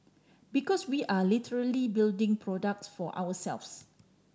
because we are literally building products for ourselves